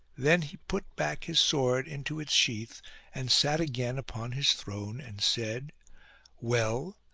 then he put back his sword into its sheath and sat again upon his throne and said well,